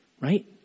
Right